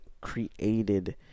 created